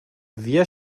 wir